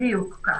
בדיוק כך.